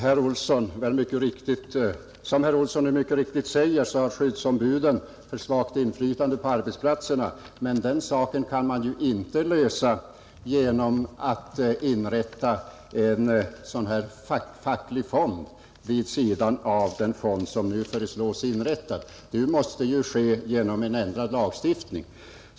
Fru talman! Som herr Olsson i Stockholm mycket riktigt säger har skyddsombuden för svagt inflytande på arbetsplatserna, men den saken kan man ju inte komma till rätta med genom att inrätta en facklig fond vid sidan av den fond som nu föreslås. Det måste ju ske genom en ändrad lagstiftning.